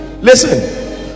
listen